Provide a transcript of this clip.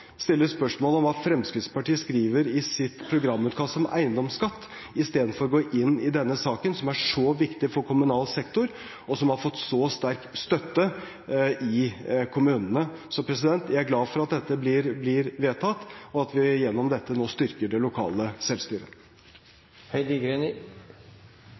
stiller spørsmål om hva Fremskrittspartiet skriver i sitt programutkast om eiendomsskatt, istedenfor å gå inn i denne saken, som er så viktig for kommunal sektor, og som har fått så sterk støtte i kommunene. Jeg er glad for at dette blir vedtatt, og at vi gjennom dette nå styrker det lokale